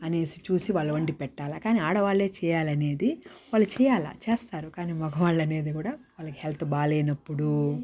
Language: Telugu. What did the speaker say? అనేసి చూసి వాళ్ళు వండిపెట్టాలా కాని ఆడవాళ్లే చేయాలనేది వాళ్ళు చేయాలా చేస్తారు కాని మగవాళ్ళు అనేది కూడా వాళ్ళకి హెల్త్ బాగాలేనప్పుడు